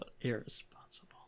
Irresponsible